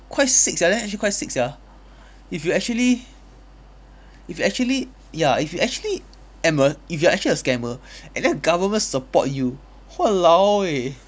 quite sick sia then actually quite sick sia if you actually if you actually ya if you actually am a if you're actually a scammer and then the government support you !walao! eh